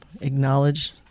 acknowledge